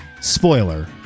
Spoiler